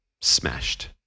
smashed